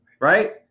right